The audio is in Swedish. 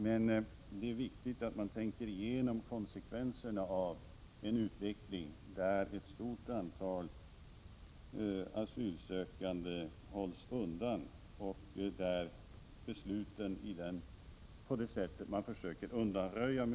Det är emellertid viktigt att tänka igenom konsekvenserna av en utveckling där ett stort antal asylsökande hålls undan och myndigheternas beslut därmed kan undanröjas.